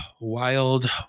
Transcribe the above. wild